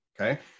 Okay